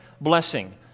blessing